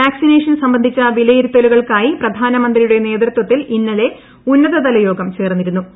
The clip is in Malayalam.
വാക്സിനേഷൻ സംബന്ധിച്ച വിലയിരുത്തലുകൾക്കായി പ്രധാന മന്ത്രിയുടെ നേതൃത്വത്തിൽ ഇന്നലെ ഉന്നതതലയോഗം ചേർന്നിരു ന്നു